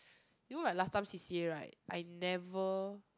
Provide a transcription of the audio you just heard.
you know like last time C_C_A right I never